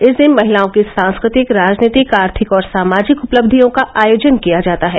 इस दिन महिलाओं की सांस्कृतिक राजनीतिक आर्थिक और सामाजिक उपलब्धियों का आयोजन किया जाता है